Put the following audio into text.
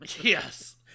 Yes